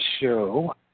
show